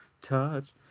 touch